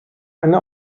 eine